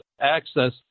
access